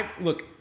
Look